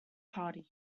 party